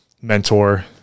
mentor